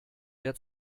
der